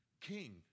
king